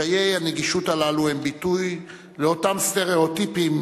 קשיי הנגישות הללו הם ביטוי לאותם סטריאוטיפים,